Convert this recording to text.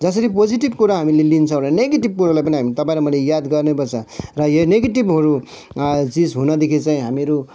जसरी पोजेटिभ कुरा हामीले लिन्छौँ र नेगेटिभ कुरो पनि हामी तपाईँ र मैले याद गर्नै पर्छ र यो नेगेटिभहरू चिज हुनदेखि चाहिँ हामीहरू